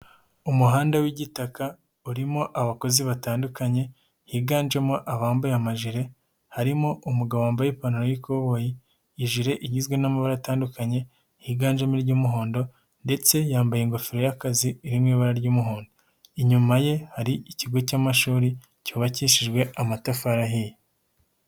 Umuhanda w'igitaka urimo abakozi batandukanye higanjemo abambaye amajire harimo umugabo wambaye ipantaro y'ikoboyi, ijire igizwe n'amabara atandukanye higanjemo iry'umuhondo ndetse yambaye ingofero y'akazi iri mu ibara ry'umuhondo, inyuma ye hari ikigo cy'amashuri cyubakishijwe amatafari ahiye.